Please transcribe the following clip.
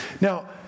Now